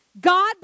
God